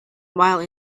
while